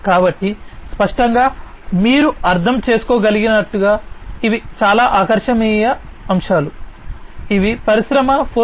కాబట్టి స్పష్టంగా మీరు అర్థం చేసుకోగలిగినట్లుగా ఇవి చాలా ఆకర్షణీయమైన లక్షణాలు ఇవి పరిశ్రమ 4